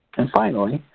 and finally,